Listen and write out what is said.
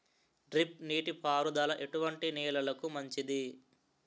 Drip నీటి పారుదల ఎటువంటి నెలలకు మంచిది?